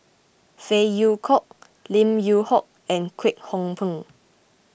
Phey Yew Kok Lim Yew Hock and Kwek Hong Png